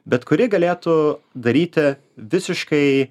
bet kuri galėtų daryti visiškai